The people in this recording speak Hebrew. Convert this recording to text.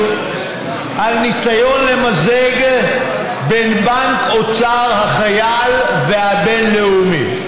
על ניסיון למזג בין בנק אוצר החייל והבינלאומי.